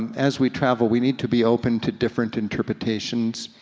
as we travel, we need to be open to different interpretations.